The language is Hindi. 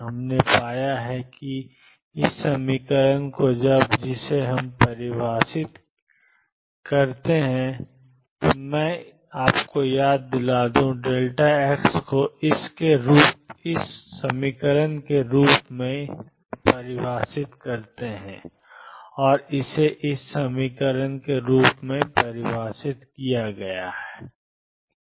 हमने पाया है कि ⟨x ⟨x⟩p ⟨p⟩⟩xp जिसे परिभाषित किया गया था कि मैं आपको याद दिलाता हूं x को ⟨x2 ⟨x⟩2⟩ के रूप में परिभाषित किया गया था और इसे ⟨p2 ⟨p⟩2⟩ के रूप में परिभाषित किया गया था